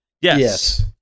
yes